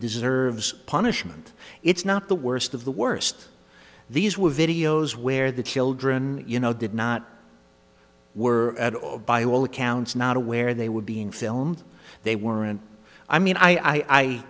deserves punishment it's not the worst of the worst these were videos where the children you know did not were by all accounts not aware they were being filmed they weren't i mean i